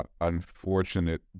unfortunate